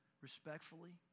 Respectfully